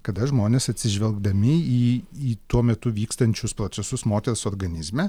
kada žmonės atsižvelgdami į į tuo metu vykstančius procesus moters organizme